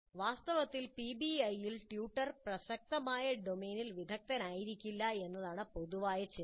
വാസ്തവത്തിൽ പിബിഐയിൽ ട്യൂട്ടർ പ്രസക്തമായ ഡൊമെയ്നിൽ വിദഗ്ദ്ധനായിരിക്കില്ല എന്നതാണ് പൊതുവായ തത്ത്വചിന്ത